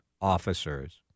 officers